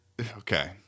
okay